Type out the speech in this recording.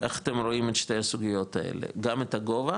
איך אתם רואים את שתי הסוגיות האלה, גם את הגובה